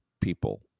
people